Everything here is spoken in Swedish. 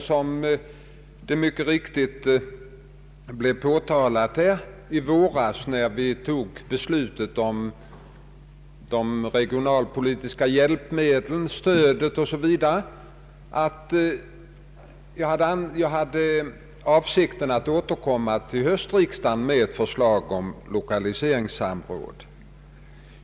Som det mycket riktigt har påpekats här anmälde jag i våras, när vi fattade beslutet om de regionalpolitiska hjälpmedlen, stödet m.m., att jag hade avsikten att återkomma till höstriksdagen med ett förslag om lokaliseringssamråd.